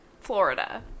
Florida